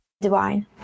divine